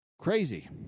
crazy